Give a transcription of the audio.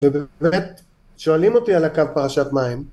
ובאמת שואלים אותי על הקו פרשת מים